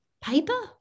paper